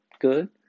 good